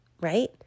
right